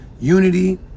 unity